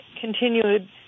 continued